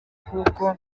kuko